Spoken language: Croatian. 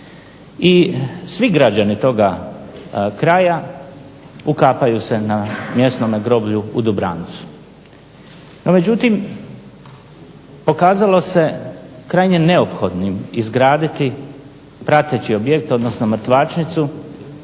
I svi građani toga kraja ukapaju se na mjesnome groblju u Dubrancu. No međutim, pokazalo se krajnje neophodnim izgraditi prateći objekt, odnosno mrtvačnicu,